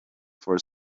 for